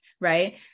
right